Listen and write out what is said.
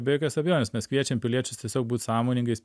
be jokios abejonės mes kviečiam piliečius tiesiog būt sąmoningais